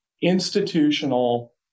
institutional